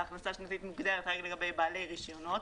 ההכנסה השנתית מוגדרת רק לבעלי רישיונות,